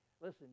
listen